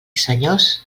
senyors